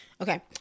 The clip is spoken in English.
Okay